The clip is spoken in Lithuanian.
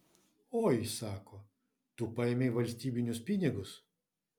oi sako tu paėmei valstybinius pinigus